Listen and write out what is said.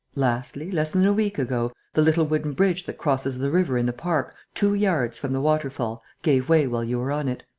lastly, less than a week ago, the little wooden bridge that crosses the river in the park, two yards from the waterfall, gave way while you were on it.